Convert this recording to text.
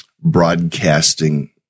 broadcasting